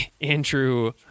Andrew